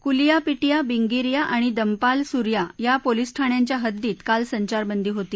कुलियापिटीया बिंगिरिया आणि दम्मालसूर्या या पोलीसठाण्यांच्या हद्दीत काल संचारबंदी होती